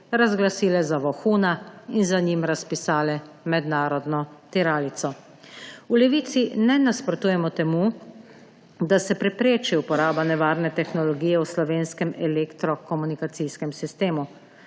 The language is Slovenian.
razglasile za vohuna in za njim razpisale mednarodno tiralico. V Levici ne nasprotujemo temu, da se prepreči uporaba nevarne tehnologije v slovenskem elektrokomunikacijskem sistemu,